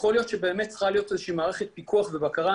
יכול להיות שבאמת צריכה להיות איזה שהיא מערכת פיקוח ובקרה,